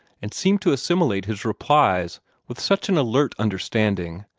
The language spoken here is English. and seemed to assimilate his replies with such an alert understanding,